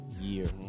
year